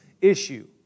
issue